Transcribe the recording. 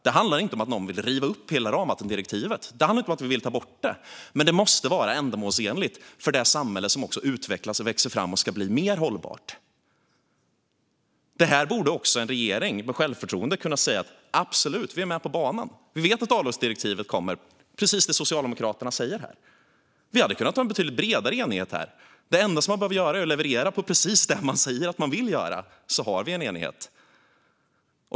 Det handlar inte om att någon vill riva upp hela ramdirektivet eller om att vi vill ta bort det, men det måste vara ändamålsenligt för det samhälle som utvecklas, växer fram och ska bli mer hållbart. Men en regering med självförtroende borde kunna säga: Absolut, vi är med på banan. Vi vet att avloppsdirektivet kommer, precis som Socialdemokraterna sagt här. Vi hade kunnat ha en betydligt bredare enighet här. Det enda man behöver göra är att leverera precis det som man säger sig vilja, så har vi en enighet.